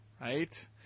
right